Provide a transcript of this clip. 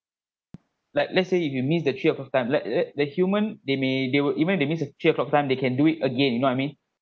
like let's say if you miss the three o'clock time let the human they may they will even they miss the three o'clock time they can do it again you know I mean